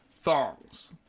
thongs